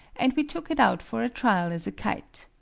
and we took it out for a trial as a kite.